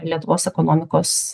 lietuvos ekonomikos